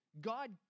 God